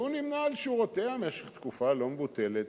שהוא נמנה על שורותיה במשך תקופה לא מבוטלת,